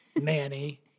Manny